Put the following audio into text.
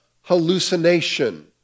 hallucination